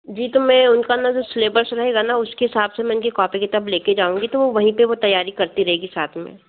जी तो मैं उनका ना जो सिलेबस रहेगा ना उसके हिसाब से इनकी कॉपी किताब ले कर जाऊँगी तो वहीं पर वह तैयारी करती रहेगी साथ में